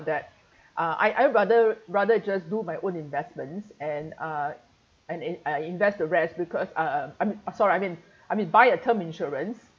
that uh I I rather rather just do my own investments and uh and uh I invest the rest because uh I'm I'm sorry I mean I mean by a term insurance